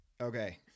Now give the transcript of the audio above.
Okay